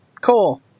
Cool